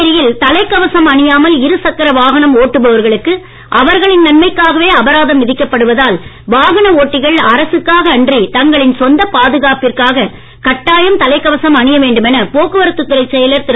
புதுச்சேரியில் தலைக் கவசம் அணியாமல் இருசக்கர வாகனம் நன்மைக்காவே ஒட்டுபவர்களுக்கு அவர்களின் அபராதம் விதிக்கப்படுவதால் வாகன ஒட்டிகள் அரசுக்காக அன்றி தங்களின் சொந்தப் பாதுகாப்பிற்காக கட்டாயம் தலைக் கவசம் அணிய வேண்டும் என போக்குவரத்து துறைச் செயலர் திரு